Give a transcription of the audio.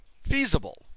feasible